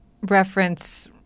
reference